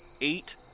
eight